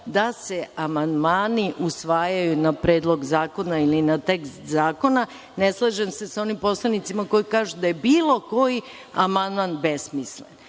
da se amandmani usvajaju na predlog zakona ili na tekst zakona. Ne slažem se sa onim poslanicima koji kažu da je bilo koji amandman besmislen.